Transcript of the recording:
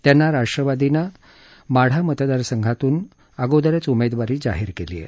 त्यांना राष्ट्रवादीने माढा मतदारसंघातनं अगोदरच उमेदवारी जाहीर केली आहे